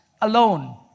alone